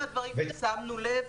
שמנו לב.